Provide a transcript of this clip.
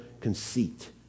conceit